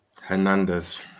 Hernandez